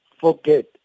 forget